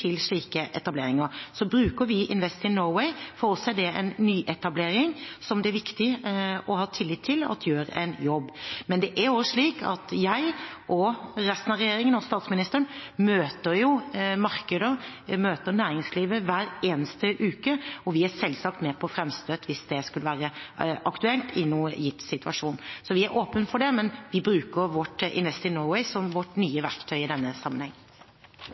til slike etableringer. Vi bruker Invest in Norway. For oss er det en nyetablering som det er viktig å ha tillit til at gjør en jobb. Men det er også slik at jeg og resten av regjeringen, og statsministeren, møter markeder, og vi møter næringslivet hver eneste uke. Vi er selvsagt med på fremstøt hvis det skulle bli aktuelt i en gitt situasjon. Vi er åpne for det, men vi bruker vårt Invest in Norway som vårt nye verktøy i denne sammenheng.